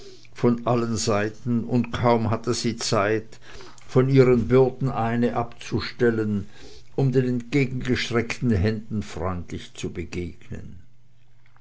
von allen seiten und kaum hatte sie zeit von ihren bürden eine abzustellen um den entgegengestreckten händen freundlich zu begegnen